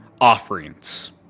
offerings